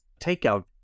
takeout